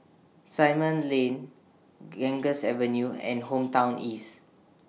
Simon Lane Ganges Avenue and Hometown East